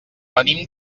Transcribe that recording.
venim